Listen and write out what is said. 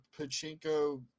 Pachinko